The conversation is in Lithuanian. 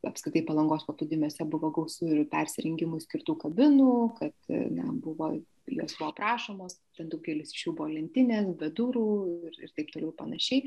apskritai palangos paplūdimiuose buvo gausu ir persirengimui skirtų kabinų kad na buvo jos buvo aprašomos ten daugelis iš jų buvo lentinės bet durų ir taip toliau ir panašiai